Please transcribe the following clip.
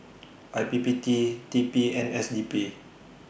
I P P T T P and S D P